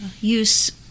use